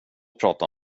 prata